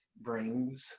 brings